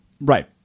Right